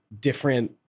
different